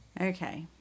Okay